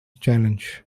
challenge